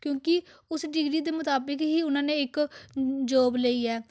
ਕਿਉਂਕਿ ਉਸ ਡਿਗਰੀ ਦੇ ਮੁਤਾਬਿਕ ਹੀ ਉਹਨਾਂ ਨੇ ਇੱਕ ਜੋਬ ਲਈ ਹੈ